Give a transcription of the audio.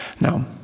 Now